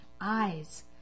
eyes